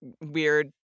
weird